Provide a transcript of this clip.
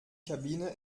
kabine